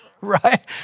right